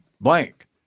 blank